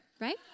right